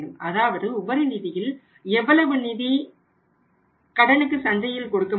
அதாவது உபரி நிதியில் எவ்வளவு நிதி கடனுக்கு சந்தையில் கொடுக்க முடியும்